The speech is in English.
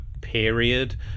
period